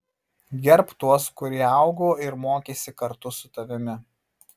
gerbk tuos kurie augo ir mokėsi kartu su tavimi